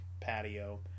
patio